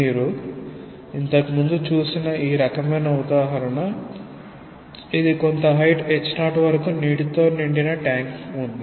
మీరు ఇంతకు ముందు చూసిన ఈ రకమైన ఉదాహరణ ఇది కొంత హైట్ h0వరకు నీటితో నిండిన ట్యాంక్ ఉంది